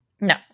no